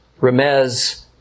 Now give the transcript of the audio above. Remez